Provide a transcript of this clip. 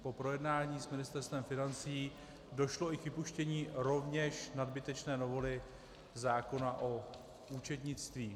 Po projednání s Ministerstvem financí došlo i k vypuštění rovněž nadbytečné novely zákona o účetnictví.